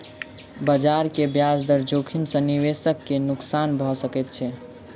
बजार के ब्याज दर जोखिम सॅ निवेशक के नुक्सान भ सकैत छै